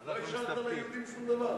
לא השארתם ליהודים שום דבר.